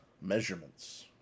measurements